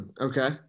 Okay